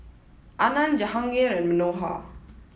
Anand Jahangir and Manohar